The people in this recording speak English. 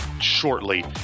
shortly